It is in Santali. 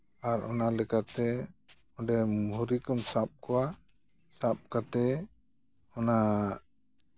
ᱟᱨ ᱚᱱᱟ ᱞᱮᱠᱟᱛᱮ ᱚᱸᱰᱮ ᱢᱳᱦᱨᱤ ᱠᱚᱢ ᱥᱟᱵ ᱠᱚᱣᱟ ᱥᱟᱵ ᱠᱟᱛᱮ ᱚᱱᱟ